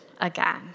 again